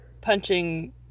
Punching